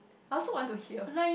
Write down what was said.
I also want to hear